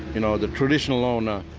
you know the traditional owner,